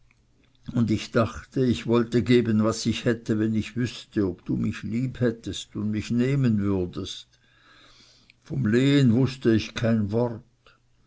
und ich dachte ich wollte geben was ich hätte wenn ich wüßte ob du mich lieb hättest und mich nehmen würdest vom lehen wußte ich kein wort